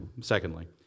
secondly